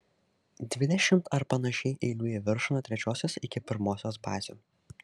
dvidešimt ar panašiai eilių į viršų nuo trečiosios iki pirmosios bazių